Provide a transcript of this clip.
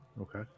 Okay